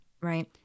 Right